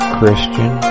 Christian